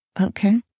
Okay